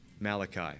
Malachi